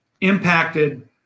impacted